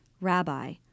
Rabbi